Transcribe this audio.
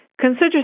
consider